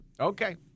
Okay